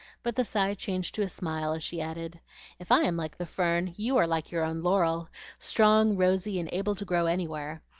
but the sigh changed to a smile as she added if i am like the fern, you are like your own laurel strong, rosy, and able to grow anywhere.